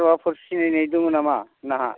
सोरबाफोर सिनायनाय दं नामा नोंहा